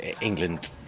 England